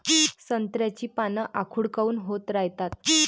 संत्र्याची पान आखूड काऊन होत रायतात?